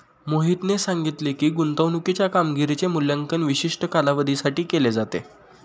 मोहितने सांगितले की, गुंतवणूकीच्या कामगिरीचे मूल्यांकन विशिष्ट कालावधीसाठी केले जाते